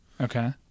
Okay